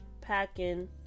packing